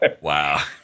Wow